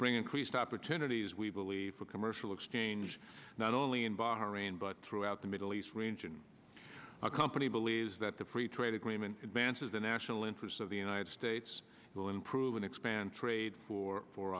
bring increased opportunities we believe for commercial exchange not only in bahrain but throughout the middle east region company believes that the free trade agreement advances the national interests of the united states will improve and expand trade for